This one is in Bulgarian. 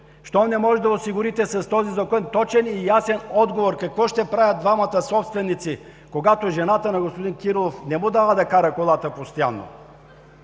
не можете да осигурите точен и ясен отговор какво ще правят двамата собственици, когато жената на господин Кирилов не му дава да кара колата постоянно